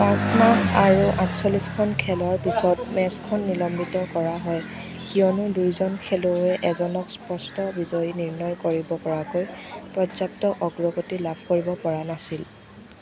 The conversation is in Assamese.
পাঁচ মাহ আৰু আঠচল্লিছখন খেলৰ পিছত মেচখন নিলম্বিত কৰা হয় কিয়নো দুয়োজন খেলুৱৈয়ে এজনক স্পষ্ট বিজয়ী নিৰ্ণয় কৰিব পৰাকৈ পৰ্যাপ্ত অগ্ৰগতি লাভ কৰিব পৰা নাছিল